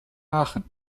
aachen